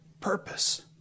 purpose